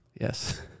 Yes